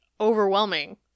overwhelming